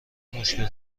مشکل